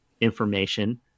information